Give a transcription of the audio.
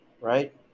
right